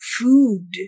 food